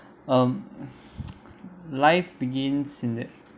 um life begins in it